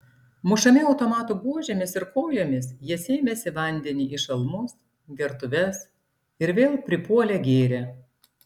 mušami automatų buožėmis ir kojomis jie sėmėsi vandenį į šalmus gertuves ir vėl pripuolę gėrė